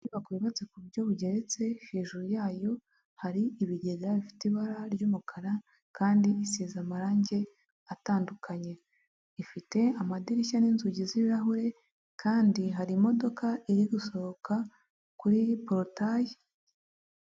Inyuba yubatse ku buryo bugeretse hejuru yayo hari ibigega bifite ibara ry'umukara kandi isize amarangi atandukanye, ifite amadirishya n'inzugi z'ibirahure kandi hari imodoka iri gusohoka kuri porotaye.